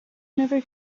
never